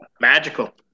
Magical